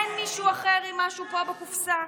אין מישהו אחר עם משהו פה בקופסה?